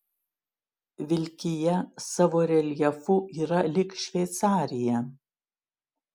vilkija savo reljefu yra lyg šveicarija